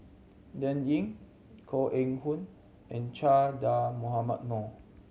Dan Ying Koh Eng Hoon and Che Dah Mohamed Noor